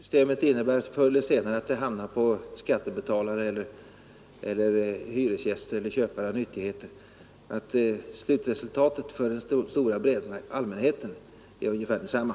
Herr talman! Även det systemet innebär att kostnaderna förr eller senare hamnar på skattebetalare, hyresgäster eller köpare av nyttigheter. Slutresultatet för den stora breda allmänheten blir ungefär detsamma.